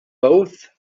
both